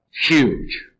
huge